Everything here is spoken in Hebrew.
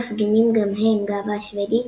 מפגינים גם הם גאווה שוודית,